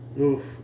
Oof